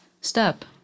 step